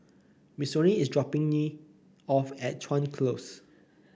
Missouri is dropping me off at Chuan Close